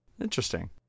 Interesting